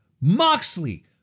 Moxley